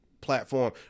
platform